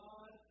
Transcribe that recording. God